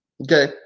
Okay